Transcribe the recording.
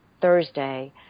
Thursday